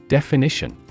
Definition